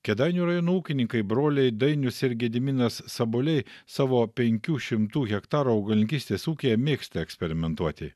kėdainių rajono ūkininkai broliai dainius ir gediminas saboliai savo penkių šimtų hektarų augalininkystės ūyje mėgsta eksperimentuoti